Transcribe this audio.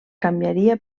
canviaria